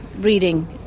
reading